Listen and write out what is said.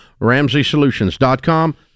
Ramseysolutions.com